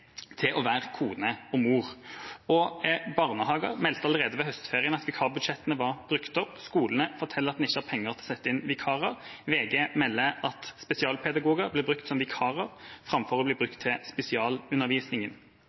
til å være kone og mor. Barnehager meldte allerede ved høstferien at vikarbudsjettene var brukt opp. Skolene forteller at de ikke har penger til å sette inn vikarer. VG melder at spesialpedagoger blir brukt som vikarer framfor å bli brukt til spesialundervisningen.